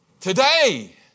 Today